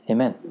Amen